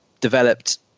developed